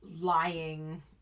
lying